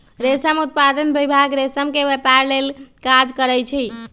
रेशम उत्पादन विभाग रेशम के व्यपार लेल काज करै छइ